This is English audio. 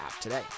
today